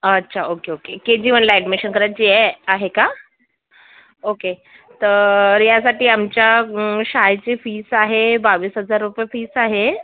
अच्छा okay okay K G वनला admission करायची आहे आहे का ओके तर यासाठी आमच्या शाळेची फीस आहे बावीस हजार रुपये फीस आहे